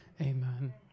Amen